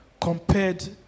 compared